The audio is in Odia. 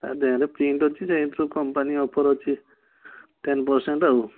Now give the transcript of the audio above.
ତା ଦେହରେ ପ୍ରିଣ୍ଟ ଅଛି ରେଣ୍ଟର କମ୍ପାନୀ ଅଫର୍ ଅଛି ଟେନ୍ ପର୍ସେଣ୍ଟ୍ ଆଉ